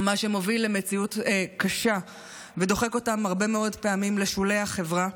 מה שמוביל למציאות קשה ודוחק אותם הרבה מאוד פעמים לשולי החברה.